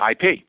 IP